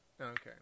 Okay